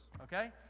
okay